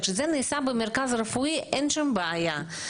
כשזה נעשה במרכז רפואי אין שום בעיה.